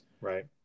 right